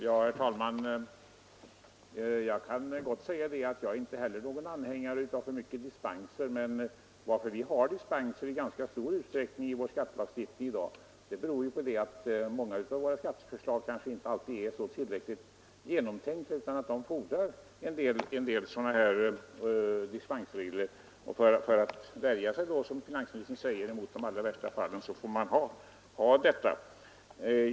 Herr talman! Jag kan gott säga att jag inte heller är någon anhängare av för många dispenser. Att vi har dispensregler i ganska stor utsträckning i vår skattelagstiftning i dag beror på att många av våra skatteförslag inte alltid är tillräckligt genomtänkta utan fordrar en del dispensregler. För att, som finansministern sade, värja sig mot de allra värsta fallen är man tvungen att ha detta.